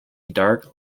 dark